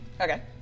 Okay